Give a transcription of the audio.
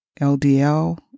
LDL